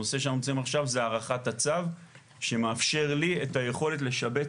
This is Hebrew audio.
הנושא עכשיו זה הארכת הצו שמאפשר לי את היכולת לשבץ